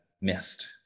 missed